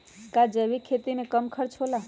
का जैविक खेती में कम खर्च होला?